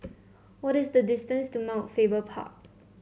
what is the distance to Mount Faber Park